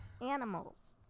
animals